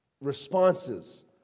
responses